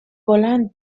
بلند